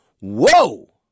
whoa